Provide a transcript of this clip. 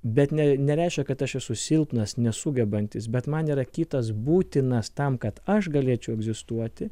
bet ne nereiškia kad aš esu silpnas nesugebantis bet man yra kitas būtinas tam kad aš galėčiau egzistuoti